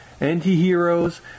anti-heroes